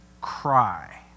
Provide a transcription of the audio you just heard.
cry